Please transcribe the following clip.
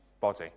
body